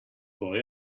boy